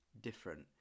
different